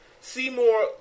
Seymour